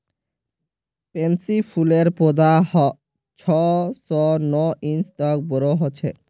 pansy फूलेर पौधा छह स नौ इंच तक बोरो ह छेक